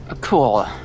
Cool